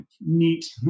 neat